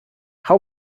how